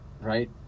right